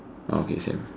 okay same